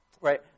right